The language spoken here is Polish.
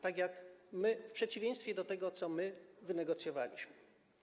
Tak jak my, w przeciwieństwie do tego, co wynegocjowaliśmy.